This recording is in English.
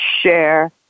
share